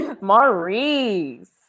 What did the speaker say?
Maurice